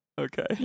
Okay